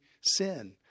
sin